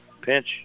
pinch